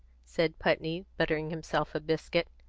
said putney, buttering himself a biscuit.